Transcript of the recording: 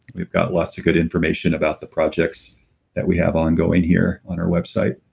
we've got lots of good information about the projects that we have ongoing here on our website.